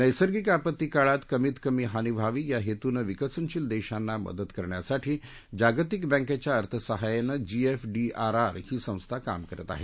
नैसर्गिक आपत्तीकाळात कमीतकमी हानी व्हावी या हेतूनं विकसनशील देशांना मदत करण्यासाठी जागतिक बँकेच्या अर्थसहाय्यानं जीएफडीआरआर ही संस्था काम करत आहे